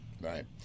Right